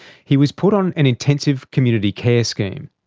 he was put on an intensive community care scheme.